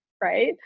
right